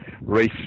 race